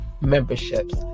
memberships